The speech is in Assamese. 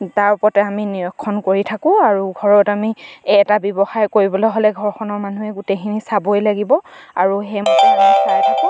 তাৰ ওপৰতে আমি নিৰীক্ষণ কৰি থাকোঁ আৰু ঘৰত আমি এটা ব্যৱসায় কৰিবলৈ হ'লে ঘৰখনৰ মানুহে গোটেইখিনি চাবই লাগিব আৰু সেইমতে চাই থাকোঁ